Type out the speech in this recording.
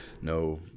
No